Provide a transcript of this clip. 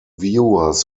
viewers